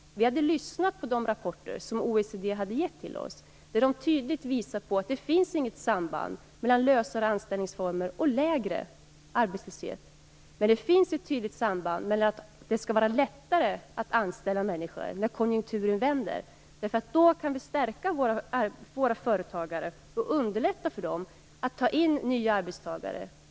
Vi hade lyssnat på de rapporter som OECD hade gett oss där man tydligt visat på att det inte finns något samband mellan lösare anställningsformer och lägre arbetslöshet. Men det finns ett tydligt samband med att det skall vara lättare att anställa människor när konjunkturen vänder. Då kan vi stärka våra företagare och underlätta för dem att ta in nya arbetstagare.